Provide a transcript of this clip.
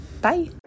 Bye